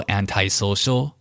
anti-social